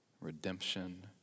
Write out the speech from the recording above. redemption